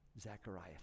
Zechariah